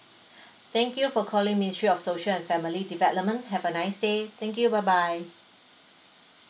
thank you for calling ministry of social and family development have a nice day thank you bye bye